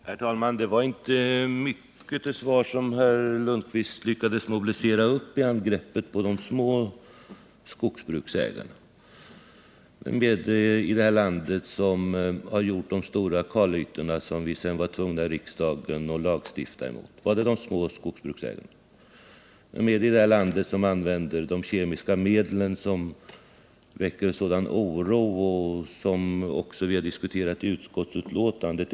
Herr talman! Det var inte mycket till svar som Svante Lundkvist lyckades mobilisera i angreppet på de små skogsbruksägarna. Vilka i det här landet är det som har åstadkommit de stora kalytorna som vi sedan var tvungna att lagstifta mot här i riksdagen? Var det de små skogsbruksägarna? Vilka är det i det här landet som använder de kemiska medlen som väcker sådan oro och som vi också behandlat i utskottsbetänkandet?